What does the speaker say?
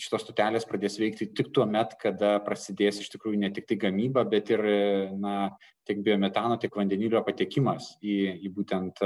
šitos stotelės pradės veikti tik tuomet kada prasidės iš tikrųjų ne tiktai gamyba bet ir na tiek biometano tiek vandenilio patekimas į būtent